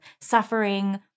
suffering